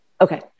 Okay